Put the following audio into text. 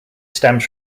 stems